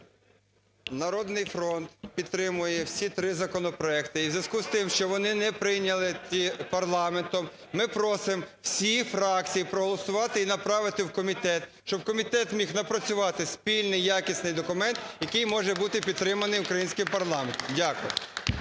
"Народний фронт" підтримує всі три законопроекти. І в зв'язку з тим, що вони не прийняті парламентом, ми просимо всі фракції проголосувати і направити в комітет, щоб комітет міг напрацювати спільний якісний документ, який може бути підтриманий українським парламентом. Дякую.